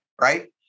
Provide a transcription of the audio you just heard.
right